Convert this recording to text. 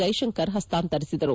Jaishankar ಹಸ್ಲಾಂತರಿಸಿದರು